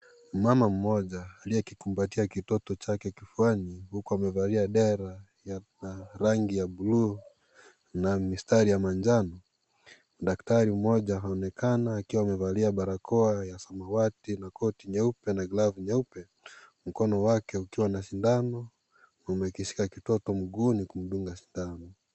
Mama mmoja aliyekikumbatia kitoto chake kifuani huku amevalia dera ya rangi ya buluu na mistari ya majano. Daktari mmoja aonekana akiwa amevalia barakoa ya samawati na koti nyeupe na glovu nyeupe mkono wake ukiwa na sindano umekishika kitoto mguuni kumdunga sindano.